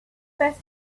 best